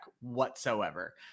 whatsoever